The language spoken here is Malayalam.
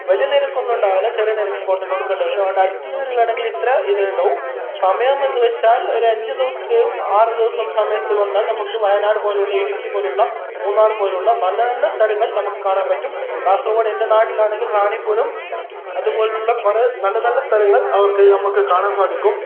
വലിയ നിരക്കൊന്നും ഉണ്ടാവില്ല ചെറിയ നിരക്ക് കൊണ്ട് കൊടുക്കേണ്ടി വരും അവിടെ അടുത്തൂന്നു വരുവാണെങ്കിൽ ഇത്ര ഇത് ഉണ്ടാവും സമയം എന്നു വെച്ചാൽ ഒരു അഞ്ച് ദിവസത്തെയും ആറ് ദിവസം സമയത്ത് വന്നാൽ നമുക്ക് വയനാട് പോലുള്ള ഇടുക്കി പോലുള്ള മൂന്നാറ് പോലുള്ള നല്ല നല്ല സ്ഥലങ്ങൾ നമുക്ക് കാണാൻ പറ്റും കാസർകോഡ് എൻ്റെ നാടിലാണെങ്കിൽ റാണീപുരം അതുപോലുള്ള കുറെ നല്ല നല്ല സ്ഥലങ്ങൾ അവർക്ക് നമുക്ക് കാണാൻ സാധിക്കും